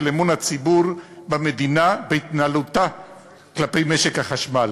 אמון הציבור במדינה בהתנהלותה כלפי משק החשמל.